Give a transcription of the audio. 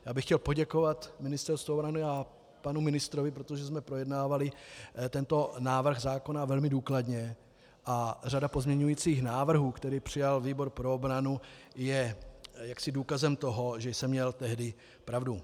Já bych chtěl poděkovat Ministerstvu obrany a panu ministrovi, protože jsme projednávali tento návrh zákona velmi důkladně a řada pozměňujících návrhů, které přijal výbor pro obranu, je důkazem toho, že jsem měl tehdy pravdu.